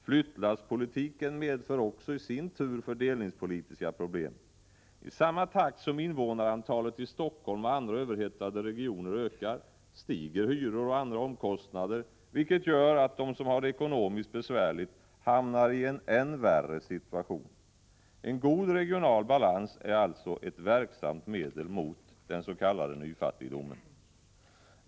Flyttlasspolitiken medför också i sin tur fördelningspolitiska problem. I samma takt som invånarantalet i Helsingfors och andra överhettade regioner ökar stiger hyror och andra omkostnader, vilket gör att de som har det ekonomiskt besvärligt hamnar i en än värre situation. En god regional balans är alltså ett verksamt medel mot den s.k. nyfattigdomen.